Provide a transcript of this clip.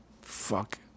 Fuck